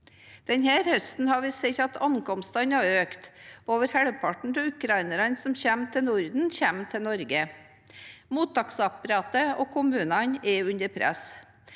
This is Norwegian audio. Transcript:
Denne høsten har vi sett at ankomstene har økt. Over halvparten av ukrainerne som kommer til Norden, kommer til Norge. Mottaksapparatet og kommunene er under press.